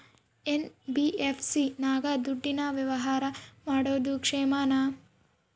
NBFC ನಾಗ ದುಡ್ಡಿನ ವ್ಯವಹಾರ ಮಾಡೋದು ಕ್ಷೇಮಾನ?